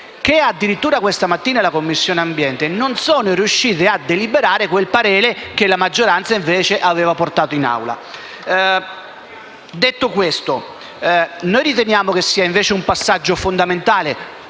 che, addirittura, questa mattina la Commissione ambiente non sono riuscite a deliberare quel parere che la maggioranza, invece, aveva portato in Assemblea. Detto questo, riteniamo che sia invece un passaggio fondamentale.